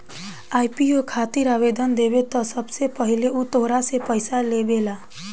IPO खातिर आवेदन देबऽ त सबसे पहिले उ तोहरा से पइसा लेबेला